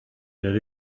get